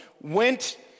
went